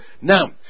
Now